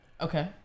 Okay